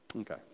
Okay